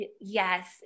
Yes